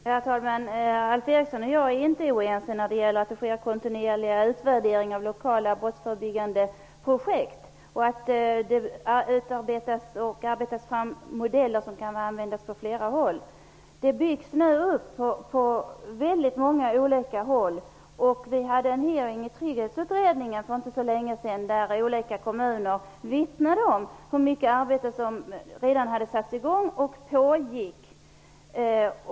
Herr talman! Alf Eriksson och jag är inte oense om att det sker kontinuerliga utvärderingar av lokala brottsförebyggande projekt och att det arbetas fram modeller som kan användas på flera håll. Verksamhet byggs nu upp på väldigt många olika håll. Trygghetsutredningen hade en hearing för inte så länge sedan där olika kommuner vittnade om hur mycket arbete som redan hade satts i gång och som pågick.